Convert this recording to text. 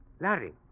Larry